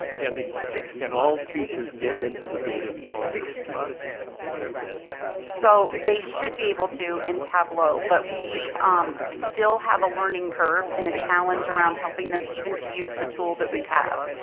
can and all teachers get into the data on their students and use that effectively? so they should be able to in tableau. but we um still have a learning curve and a challenge around helping them even to use the tool that we have.